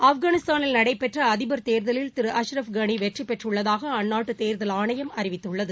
ஆப்கானிஸ்தானில் நடைபெற்ற அதிபா் தேர்தலில் திரு அஸ்ரப் கானி வெற்றிபெற்றுள்ளதாக அந்நாட்டு தேர்தல் ஆணையம் அறிவித்துள்ளது